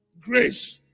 Grace